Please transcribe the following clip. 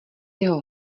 jeho